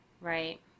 right